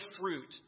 fruit